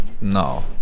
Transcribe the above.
No